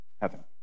heaven